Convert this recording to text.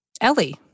Ellie